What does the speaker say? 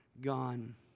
gone